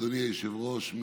אדוני היושב-ראש,